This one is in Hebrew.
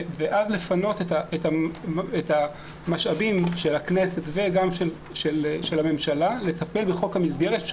ואז לפנות את המשאבים של הכנסת ושל הממשלה לטפל בחוק המסגרת,